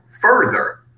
further